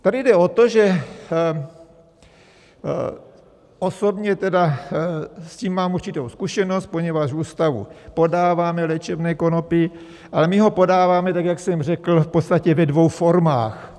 Tady jde o to, že osobně s tím mám určitou zkušenost, poněvadž v ústavu podáváme léčebné konopí, ale my ho podáváme, tak jak jsem řekl, v podstatě ve dvou formách.